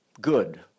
good